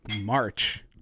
March